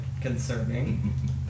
concerning